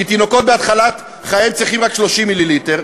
כי תינוקות בהתחלת חייהם צריכים רק 30 מיליליטר,